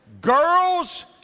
Girls